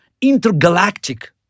intergalactic